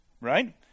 right